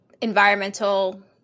environmental